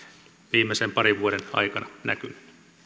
viimeisen parin vuoden aikana näkynyt